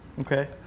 Okay